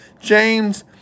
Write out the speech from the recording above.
James